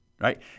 right